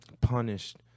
punished